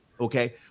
Okay